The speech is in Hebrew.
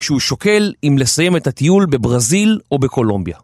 שהוא שוקל אם לסיים את הטיול בברזיל או בקולומביה.